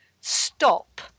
stop